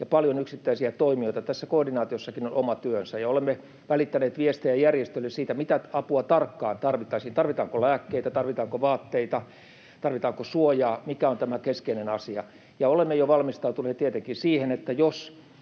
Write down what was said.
ja paljon yksittäisiä toimijoita, tässä koordinaatiossakin on oma työnsä, ja olemme välittäneet viestejä järjestöille siitä, mitä apua tarkkaan tarvittaisiin — tarvitaanko lääkkeitä, tarvitaanko vaatteita, tarvitaanko suojaa — mikä on tämä keskeinen asia. Ja olemme jo valmistautuneet tietenkin siihen, että jos